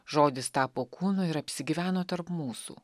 žodis tapo kūnu ir apsigyveno tarp mūsų